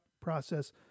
process